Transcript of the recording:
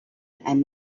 and